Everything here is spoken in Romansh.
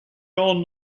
onn